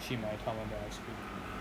去买他们的 ice cream